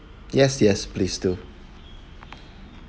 yes yes please do